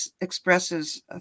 expresses